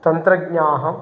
तन्त्रज्ञाः